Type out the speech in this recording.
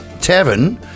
tavern